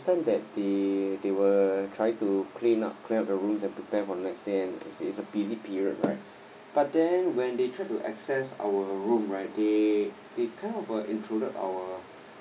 understand that the they were trying to clean up clean up the rooms and prepare for the next day and it's a it's a busy period right but then when they try to access our room right they they kind of uh intruded our